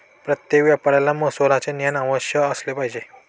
प्रत्येक व्यापाऱ्याला महसुलाचे ज्ञान अवश्य असले पाहिजे